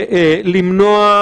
ולמנוע